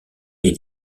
est